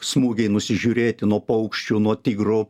smūgiai nusižiūrėti nuo paukščių nuo tigrų